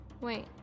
Wait